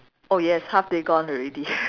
oh yes half day gone already